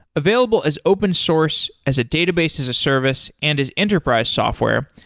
available as open source as a database as a service and as enterprise software,